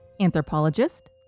Anthropologist